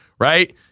Right